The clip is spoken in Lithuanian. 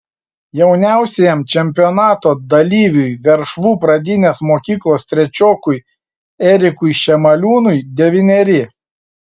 jauniausiajam čempionato dalyviui veršvų pradinės mokyklos trečiokui erikui šemaliūnui devyneri